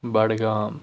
Budgam